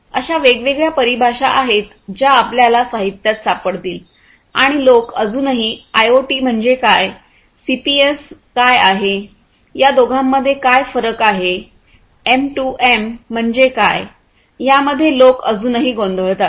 अशा वेगवेगळ्या परिभाषा आहेत ज्या आपल्याला साहित्यात सापडतील आणि लोक अजूनही आयओटी म्हणजे काय सीपीएस काय आहे या दोघांमध्ये काय फरक आहे एम 2 एम म्हणजे काययामध्ये लोक अजूनही गोंधळतात